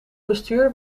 bestuur